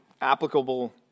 applicable